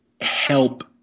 help